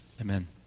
Amen